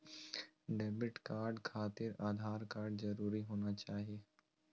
Debit card खातिर Aadhaar card जरूरी होना चाहिए?